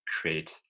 create